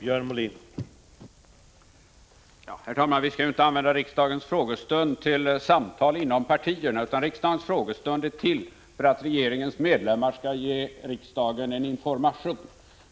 Herr talman! Vi skall ju inte använda riksdagens frågestund till samtal inom partierna. Riksdagens frågestund är till för att regeringens medlemmar skall ge riksdagen information.